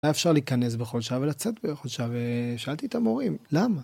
היה אפשר להיכנס בכל שעה ולצאת בכל שעה, ושאלתי את המורים, למה?